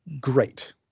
great